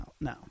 no